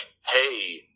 hey